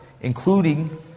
including